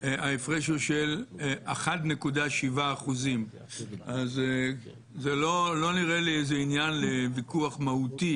ההפרש הוא של 1.7%. זה לא נראה לי איזה עניין לוויכוח מהותי